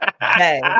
Hey